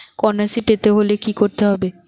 কন্যাশ্রী পেতে হলে কি করতে হবে?